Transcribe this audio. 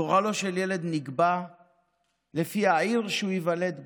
גורלו של ילד נקבע לפי העיר שייוולד בה,